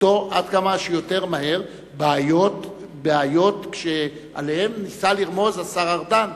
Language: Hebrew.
לפתור כמה שיותר מהר בעיות שעליהן ניסה לרמוז השר ארדן,